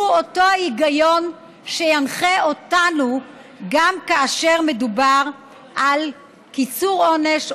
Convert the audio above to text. הוא אותו היגיון שינחה אותנו גם כאשר מדובר על קיצור עונש,